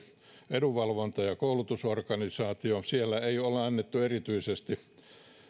edunvalvonta ja koulutusorganisaatio siellä ei ole annettu erityisesti